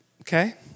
Okay